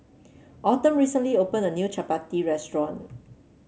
Autumn recently opened a new chappati restaurant